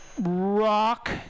rock